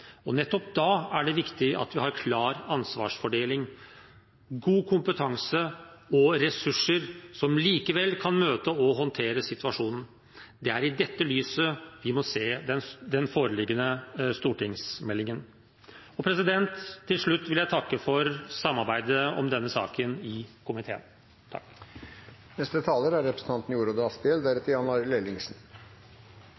Og nettopp da er det viktig at vi har klar ansvarsfordeling, god kompetanse og ressurser som likevel kan møte og håndtere situasjonen. Det er i dette lyset vi må se den foreliggende stortingsmeldingen. Til slutt vil jeg takke for samarbeidet om denne saken i komiteen.